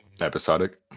Episodic